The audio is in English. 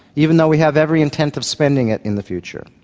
even though we have every intent of spending it in the future.